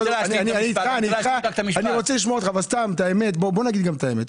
אני רוצה לשמוע אותך אבל בוא נגיד גם את האמת.